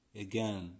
Again